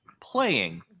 playing